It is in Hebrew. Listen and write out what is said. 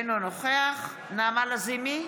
אינו נוכח נעמה לזימי,